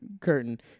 curtain